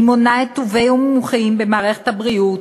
היא מונה את טובי המומחים במערכת הבריאות,